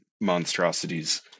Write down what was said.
monstrosities